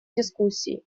дискуссии